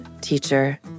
teacher